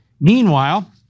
Meanwhile